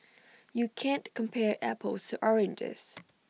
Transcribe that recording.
you can't compare apples to oranges